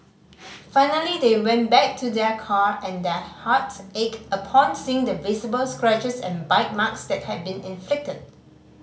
finally they went back to their car and their hearts ached upon seeing the visible scratches and bite marks that had been inflicted